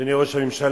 אדוני ראש הממשלה,